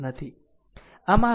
આમ આ VThevenin છે